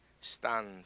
stand